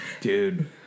Dude